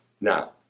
Now